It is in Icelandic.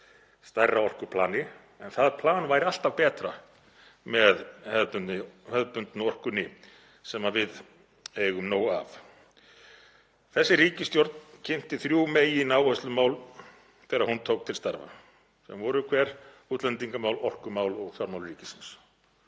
stærra orkuplani en það plan væri alltaf betra með hefðbundnu orkunni sem við eigum nóg af. Þessi ríkisstjórn kynnti þrjú megináherslumál þegar hún tók til starfa, sem voru hver? Útlendingamál, orkumál og fjármál ríkisins.